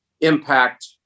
impact